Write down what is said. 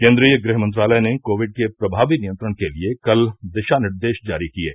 केन्द्रीय गृह मंत्रालय ने कोविड के प्रभावी नियंत्रण के लिए कल दिशा निर्देश जारी किये